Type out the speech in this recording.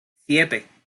siete